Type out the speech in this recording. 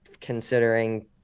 considering